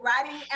writing